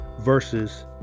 versus